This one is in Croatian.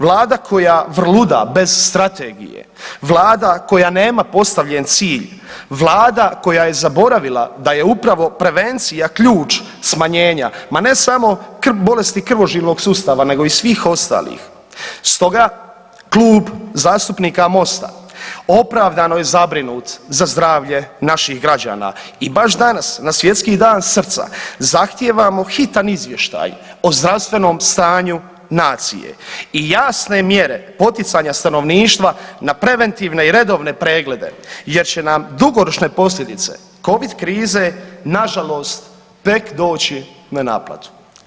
Vlada koja vrluda bez strategije, Vlada koja nema postavljen cilj, Vlada koja je zaboravila da je upravo prevencija ključ smanjenja ma ne samo bolesti krvožilnog sustava nego i svih ostalih, stoga Klub zastupnika Mosta opravdano je zabrinut za zdravlje naših građana i baš danas na Svjetski dan srca zahtijevamo hitan izvještaj o zdravstvenom stanju nacije i jasne mjere poticanja stanovništva na preventivne i redovne preglede jer će nam dugoročne posljedice covid krize nažalost tek doći na naplatu.